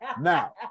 Now